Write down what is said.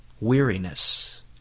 weariness